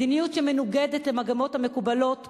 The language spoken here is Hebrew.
מדיניות שמנוגדת למגמות המקובלות בעולם,